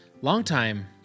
longtime